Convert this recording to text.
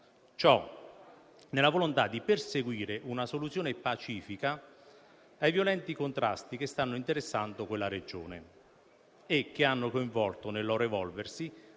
Ciò nella volontà di perseguire una soluzione pacifica ai violenti contrasti che stanno interessando quella regione e che hanno coinvolto, nel loro evolversi,